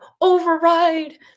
override